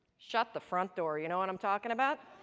shut the front door, you know what i'm talking about?